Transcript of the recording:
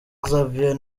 xavier